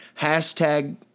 hashtag